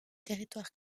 territoire